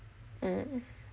mm